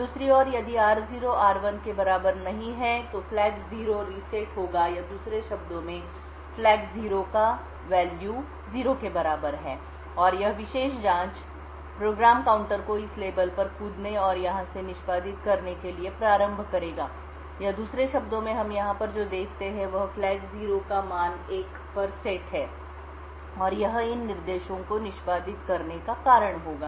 दूसरी ओर यदि r0 r1 के बराबर नहीं है तो फ्लैग 0 रीसेट होगा या दूसरे शब्दों में फ्लैग 0 का मान 0 के बराबर है और यह विशेष जाँच प्रोग्राम काउंटर को इस लेबल पर कूदने और यहाँ से निष्पादित करने के लिए प्रारंभ करेगा या दूसरे शब्दों में हम यहाँ पर जो देखते हैं वह फ्लैग 0 का मान 1 पर सेट है और यह इन निर्देशों को निष्पादित करने का कारण होगा